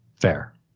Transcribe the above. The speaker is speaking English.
Fair